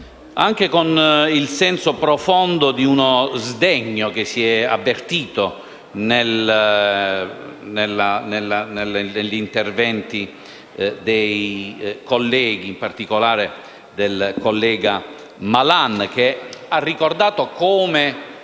anche con il senso profondo di uno sdegno, che si è avvertito negli interventi dei colleghi e in particolare del collega Malan, che ha ricordato come